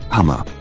Hammer